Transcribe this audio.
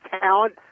talent